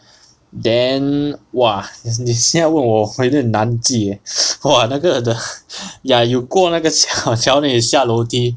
then !wah! 你现在问我我有一点难记 eh !wah! 那个 the ya you 过那个桥 then 你下楼梯